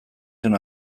zion